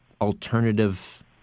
alternative